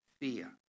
fear